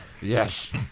yes